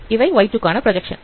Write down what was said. இவை Y2 கான projection